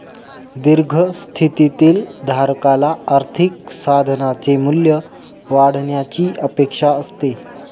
दीर्घ स्थितीतील धारकाला आर्थिक साधनाचे मूल्य वाढण्याची अपेक्षा असते